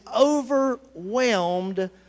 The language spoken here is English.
overwhelmed